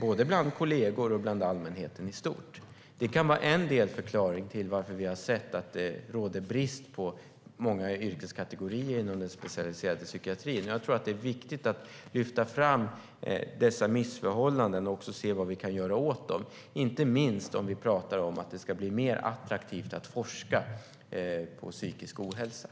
både bland kollegor och bland allmänheten i stort. Det kan vara en delförklaring till att det råder brist inom många yrkeskategorier i den specialiserade psykiatrin. Jag tror att det är viktigt att lyfta fram dessa missförhållanden och se vad vi kan göra åt dem, inte minst om vi talar om att det ska bli mer attraktivt att forska på psykisk ohälsa.